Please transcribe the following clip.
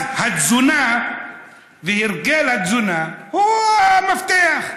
אז התזונה והרגלי התזונה הם המפתח.